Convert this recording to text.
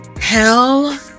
hell